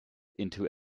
into